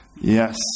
Yes